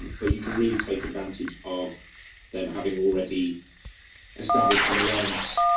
but you can really take advantage of them having already established and learnt,